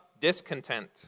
discontent